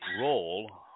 role